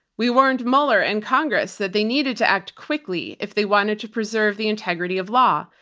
we warned mueller and congress that they needed to act quickly if they wanted to preserve the integrity of law.